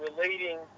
relating